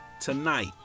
tonight